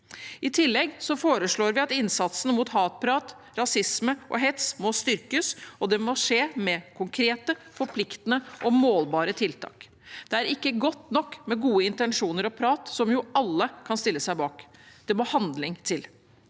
I tillegg foreslår vi at innsatsen mot hatprat, rasisme og hets må styrkes, og det må skje med konkrete, forpliktende og målbare tiltak. Det er ikke godt nok med gode intensjoner og prat, som alle kan stille seg bak. Det må handling til.